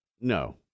No